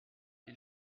ils